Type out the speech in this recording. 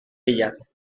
ellas